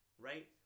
right